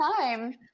time